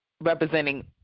representing